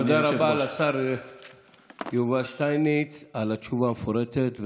תודה רבה לשר יובל שטייניץ על התשובה המפורטת.